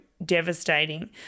devastating